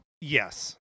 Yes